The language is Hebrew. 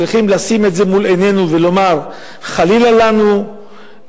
צריכים לשים את זה מול עינינו ולומר: חלילה לנו להוות,